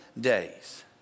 days